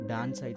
Dance